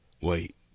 Wait